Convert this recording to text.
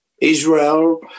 Israel